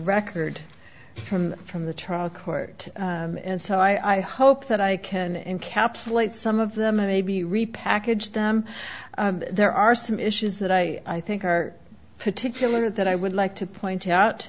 record from from the trial court and so i hope that i can encapsulate some of them are maybe repackage them there are some issues that i think are particular that i would like to point out